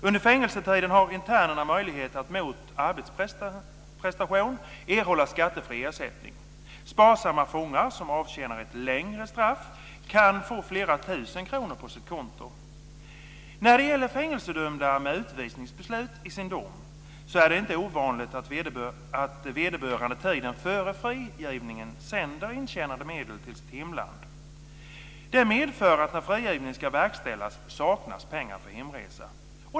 Under fängelsetiden har internerna möjlighet att mot arbetsprestation erhålla skattefri ersättning. Sparsamma fångar som avtjänar ett längre straff kan få flera tusen kronor på sitt konto. När det gäller fängelsedömda med utvisningsbeslut i sin dom är det inte ovanligt att vederbörande tiden före frigivningen sänder intjänade medel till sitt hemland. Det medför att när frigivningen ska verkställas saknas pengar till hemresan.